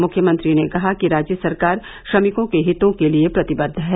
मुख्यमंत्री ने कहा कि राज्य सरकार श्रमिकों के हितों के लिए प्रतिबद्द है